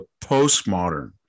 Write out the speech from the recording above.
postmodern